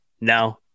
No